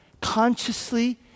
consciously